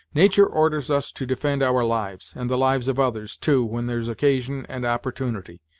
natur' orders us to defend our lives, and the lives of others, too, when there's occasion and opportunity.